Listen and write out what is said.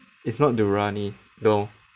it's not durani no